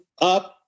up